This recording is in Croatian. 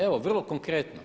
Evo vrlo konkretno.